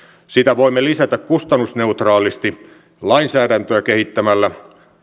sitä voimme lisätä kustannusneutraalisti lainsäädäntöä kehittämällä